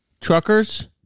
truckers